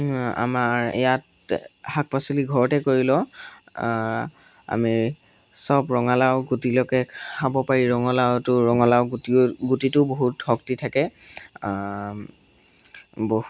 আমাৰ ইয়াত শাক পাচলি ঘৰতে কৰি লওঁ আমি সব ৰঙালাও গুটিলৈকে খাব পাৰি ৰঙালাওটো ৰঙালাও গুটিও গুটিটো বহুত শক্তি থাকে বহু